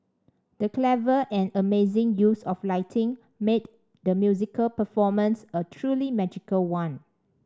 the clever and amazing use of lighting made the musical performance a truly magical one